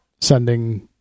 sending